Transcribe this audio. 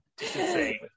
insane